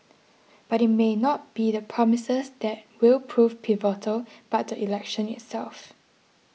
but it may not be the promises that will prove pivotal but the election itself